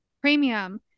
premium